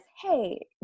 Hey